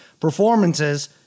performances